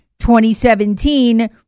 2017